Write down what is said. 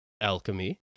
alchemy